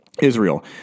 Israel